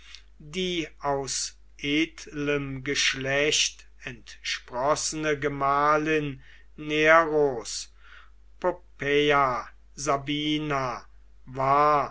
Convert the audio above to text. die aus edlem geschlecht entsprossene gemahlin neros poppaea sabina war